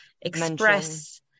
express